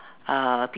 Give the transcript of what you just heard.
uh